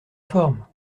forme